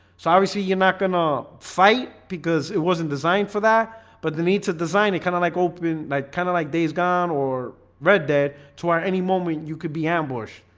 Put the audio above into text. so obviously you're not gonna fight because it wasn't designed for that but the needs to design it kind of like open like kind of like days gone or read dead two hour any moment you could be ambushed,